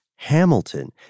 Hamilton